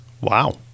Wow